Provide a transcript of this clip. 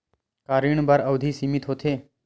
का ऋण बर अवधि सीमित होथे?